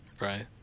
Right